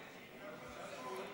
הצבעתי בעד,